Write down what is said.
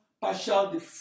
partial